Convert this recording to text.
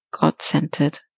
God-centered